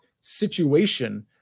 situation